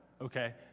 okay